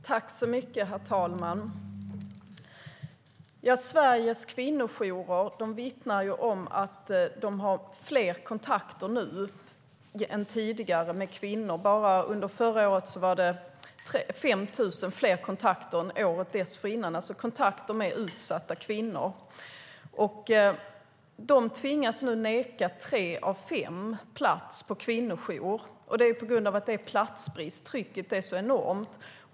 Herr talman! Sveriges kvinnojourer vittnar om att de nu har fler kontakter än tidigare med kvinnor. Under förra året var det 5 000 fler kontakter än året före, alltså kontakter med utsatta kvinnor. Kvinnojourerna är tvungna att neka tre av fem plats på grund av platsbrist. Trycket är enormt.